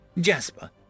Jasper